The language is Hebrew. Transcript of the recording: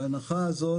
בהנחה הזאת,